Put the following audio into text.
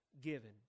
given